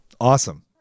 Awesome